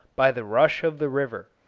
by the rush of the river.